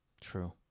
True